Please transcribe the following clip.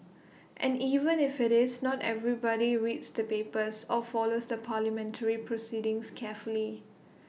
and even if IT is not everybody reads the papers or follows the parliamentary proceedings carefully